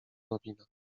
nowina